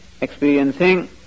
experiencing